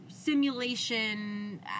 simulation